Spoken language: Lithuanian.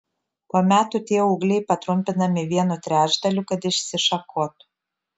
po metų tie ūgliai patrumpinami vienu trečdaliu kad išsišakotų